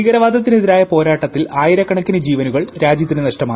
ഭീകരവാദത്തിനെതിരായ പോരാട്ടത്തിൽ ആയിരക്കണക്കിന് ജീവനുകൾ രാജ്യത്തിനു നഷ്ടമായി